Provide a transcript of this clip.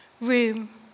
room